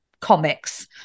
comics